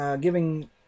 giving